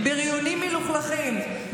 בריונים מלוכלכים.